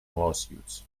lawsuits